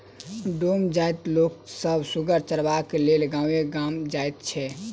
डोम जाइतक लोक सभ सुगर के चरयबाक लेल गामे गाम जाइत छै